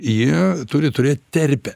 jie turi turėt terpę